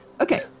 Okay